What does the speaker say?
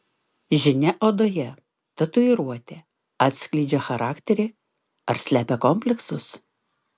žinia odoje tatuiruotė atskleidžia charakterį ar slepia kompleksus